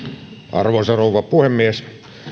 arvoisa rouva puhemies